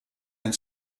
and